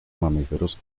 mamíferos